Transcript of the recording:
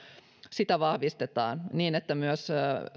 vahvistetaan niin että myös